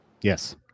Yes